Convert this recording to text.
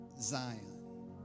Zion